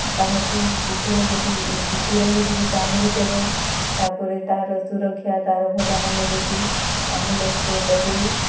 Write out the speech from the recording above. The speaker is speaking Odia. କାହାକୁ କୁକୁଡ଼ ଯଦି କୁକୁର ଯଦି ବି କାମୁଡ଼ି ଦେବ ତାପରେ ତାର ସୁରକ୍ଷା ତାର ଭଲ ମନ୍ଦ ବୁଝି ଆମ୍ବୁଲାନ୍ସକୁ ଡକେଇ